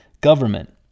government